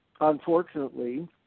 unfortunately